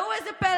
וראו זה פלא,